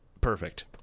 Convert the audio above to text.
Perfect